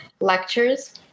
lectures